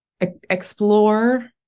explore